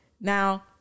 Now